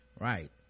Right